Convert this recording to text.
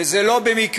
וזה לא במקרה